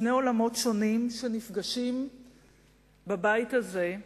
שני עולמות שונים שנפגשים בבית הזה.